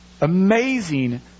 amazing